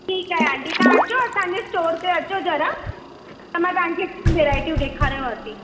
ठीकु आहे आंटी तव्हां अचो असांजे स्टोर ते अचो जरा त मां तव्हांखे ॿियूं वैराइटियूं ॾेखारियांव थी